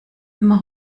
immer